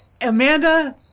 Amanda